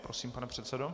Prosím, pane předsedo.